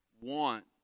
want